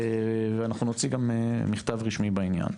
נוציא גם מכתב רשמי בעניין.